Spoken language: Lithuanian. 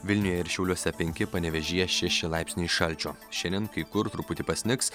vilniuje ir šiauliuose penki panevėžyje šeši laipsniai šalčio šiandien kai kur truputį pasnigs